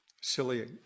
silly